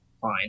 Fine